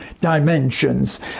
dimensions